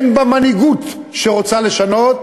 הן במנהיגות שרוצה לשנות,